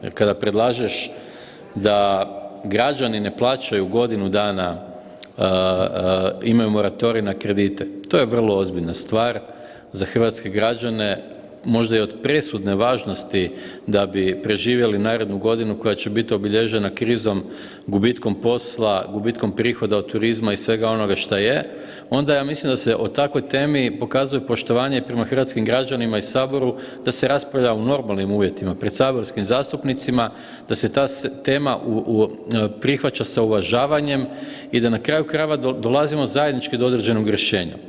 Jer kada predlažeš da građani ne plaćaju godinu dana, imaju moratorij na kredite to je vrlo ozbiljna stvar za hrvatske građane, možda i od presudne važnosti da bi preživjeli narednu godinu koja će biti obilježena krizom, gubitkom posla, gubitkom prihoda od turizma i svega ona šta je, onda ja mislim da se o takvoj temi pokazuje poštovanje i prema hrvatskim građanima i saboru da se raspravlja u normalnim uvjetima pred saborskim zastupnicima da se ta tema prihvaća sa uvažavanjem i da na kraju krajeva dolazimo zajednički do određenoga rješenja.